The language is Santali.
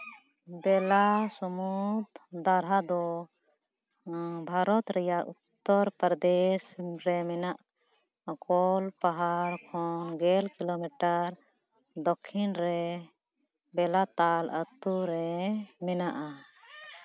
ᱵᱮᱞᱟ ᱥᱢᱩᱫ ᱫᱟᱨᱦᱟ ᱫᱚ ᱵᱷᱟᱨᱚᱛ ᱨᱮᱭᱟᱜ ᱩᱛᱛᱚᱨ ᱯᱨᱚᱫᱮᱥ ᱨᱮ ᱢᱮᱱᱟᱜ ᱠᱚᱞ ᱯᱟᱦᱟᱲ ᱠᱷᱚᱱ ᱜᱮᱞ ᱠᱤᱞᱳᱢᱤᱴᱟᱨ ᱫᱚᱠᱠᱷᱤᱱ ᱨᱮ ᱵᱮᱞᱟᱛᱟᱞ ᱟᱛᱳᱨᱮ ᱢᱮᱱᱟᱜᱼᱟ